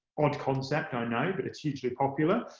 odd concept, i know, but it's hugely popular.